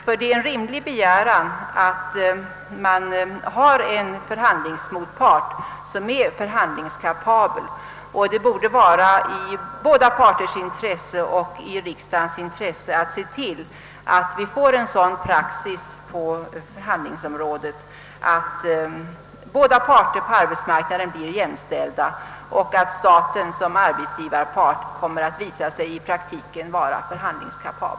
Det är ju en rimlig begäran, att man har en förhandlingsmotpart som är förhandlingskapabel, och det borde ligga i båda parternas och i riksdagens intrese att se till, att en sådan praxis på förhandlingsrättens område etableras, att parterna blir jämställda på arbetsmarknaden och att staten som arbetsgivare i praktiken kommer att visa sig kapabel som förhandlingspart.